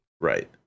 right